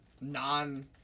non